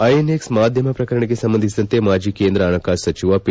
INX ಮಾಧ್ಯಮ ಪ್ರಕರಣಕ್ಕೆ ಸಂಬಂಧಿಸಿದಂತೆ ಮಾಜಿ ಕೇಂದ್ರ ಹಣಕಾಸು ಸಚಿವ ಪಿ